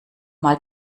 mal